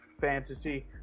fantasy